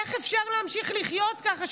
איך אפשר להמשיך לחיות ככה,